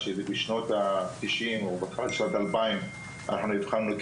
אנחנו יכולים לראות ששיעורם של מבוטחים מגיל 50 עד 74 שנבדקו עמד על